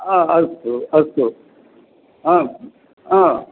अ अस्तु अस्तु आम् आ